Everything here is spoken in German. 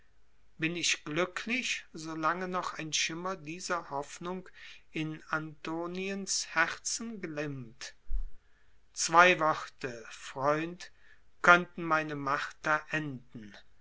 bin ich glücklich solange noch ein schimmer dieser hoffnung in antoniens herzen glimmt zwei worte freund könnten meine marter enden